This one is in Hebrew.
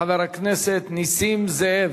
חבר הכנסת נסים זאב.